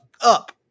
up